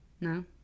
No